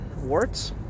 warts